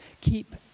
Keep